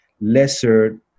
lesser